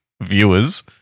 viewers